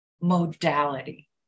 modality